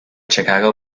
chicago